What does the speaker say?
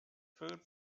food